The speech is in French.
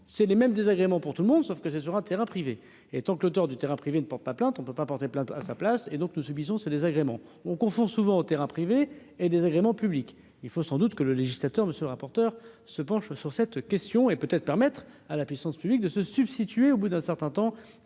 c'est les mêmes désagréments pour tout le monde sauf que c'est sur un terrain privé et tant que l'auteur du terrain privé ne porte pas plainte, on ne peut pas porter plainte à sa place, et donc nous subissons ces désagréments, on confond souvent au terrain privé et désagréments publics, il faut sans doute que le législateur, monsieur le rapporteur. Se penche sur cette question et peut-être permettre à la puissance publique de se substituer au bout d'un certain temps